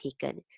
taken